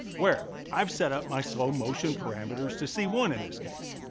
where i've set up my slow motion parameters to c one in this case.